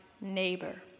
neighbor